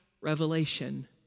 revelation